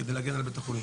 כדי להגן על בית החולים.